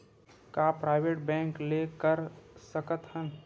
का private bank ले कर सकत हन?